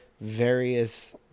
various